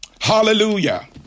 Hallelujah